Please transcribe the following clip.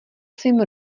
svým